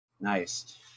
Nice